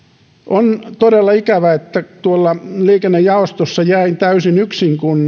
on todella ikävä että liikennejaostossa jäin täysin yksin kun